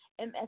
MS